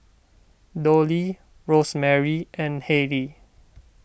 Dolly Rosemary and Hayley